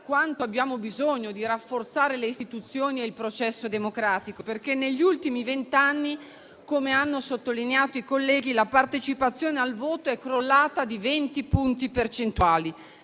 quanto abbiamo bisogno di rafforzare le istituzioni e il processo democratico, visto che negli ultimi vent'anni - come hanno sottolineato i colleghi - la partecipazione al voto è crollata di 20 punti percentuali: